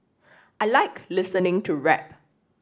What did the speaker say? I like listening to rap